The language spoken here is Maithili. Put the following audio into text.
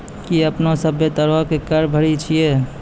कि अपने सभ्भे तरहो के कर भरे छिये?